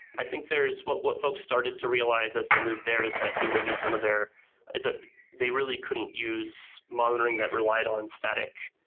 i think there's what what folks started to realize as they moved there is that you know maybe some of their is that they really couldn't use monitoring that relied on static,